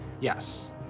Yes